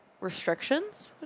restrictions